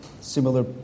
Similar